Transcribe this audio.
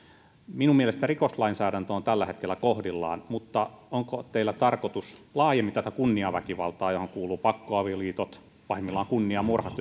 minun mielestäni rikoslainsäädäntö on tällä hetkellä kohdillaan mutta onko teillä tarkoitus laajemmin selvitellä tätä kunniaväkivaltaa johon kuuluvat pakkoavioliitot pahimmillaan kunniamurhat